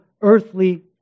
earthly